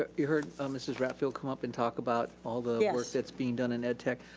ah you heard mrs. rattfield come up and talk about all the work that's being done in ed tech.